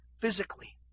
physically